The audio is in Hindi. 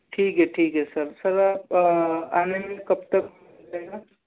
ठीक है ठीक है सर सर आने में कब तक जाएगा